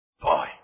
boy